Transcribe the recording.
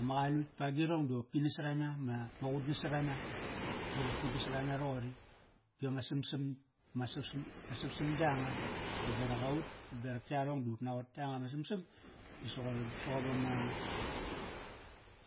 Ama qalutk pagirong da qopki nasarana. Ma, ma qut nasarana, ngarit kut nasarana roqori, kopki ama samsam, ma samsam, ma samsam yanga. Va berak aut, berak yarong di ut naqot yanga ma samsam disa qoir soqop